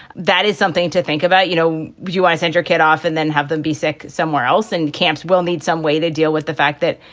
that is something to think about. you know, you send your kid off and then have them be sick somewhere else. and camps will need some way to deal with the fact that,